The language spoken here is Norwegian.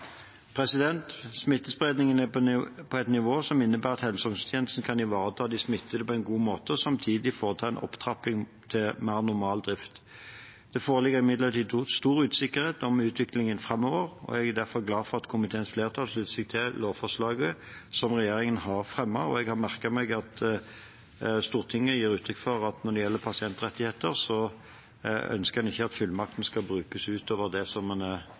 Smittespredningen er på et nivå som innebærer at helse- og omsorgstjenesten kan ivareta de smittede på en god måte og samtidig foreta en opptrapping til mer normal drift. Det foreligger imidlertid stor usikkerhet om utviklingen framover. Jeg er derfor glad for at komiteens flertall slutter seg til lovforslaget som regjeringen har fremmet. Jeg har merket meg at Stortinget gir uttrykk for at når det gjelder pasientrettigheter, ønsker en ikke at fullmakten skal brukes utover det som den er brukt til til nå, men det mener jeg også, sånn som situasjonen er